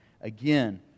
Again